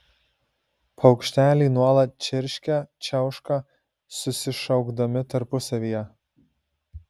paukšteliai nuolat čirškia čiauška susišaukdami tarpusavyje